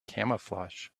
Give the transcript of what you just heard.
camouflage